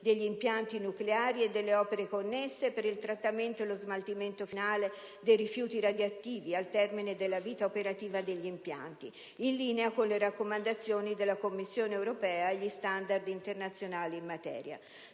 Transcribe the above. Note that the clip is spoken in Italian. degli impianti nucleari e delle opere connesse, per il trattamento e lo smaltimento finale dei rifiuti radioattivi, al termine della vita operativa degli impianti, in linea con le raccomandazioni della Commissione europea e gli standard internazionali in materia.